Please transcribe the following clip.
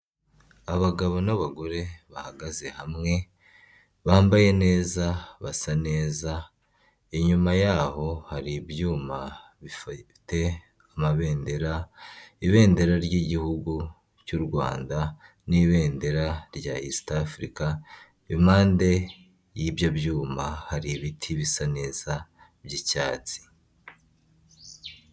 Abagabo n'abagore bahagaze hamwe, bambaye neza basa neza. Inyuma yaho hari ibyuma bifite amabendera, ibendera ry'igihugu cy'u Rwanda n'ibendera rya esita afurika ipande y'ibyo byuma hari ibiti bisa neza by'icyatsi.